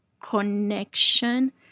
connection